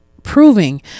proving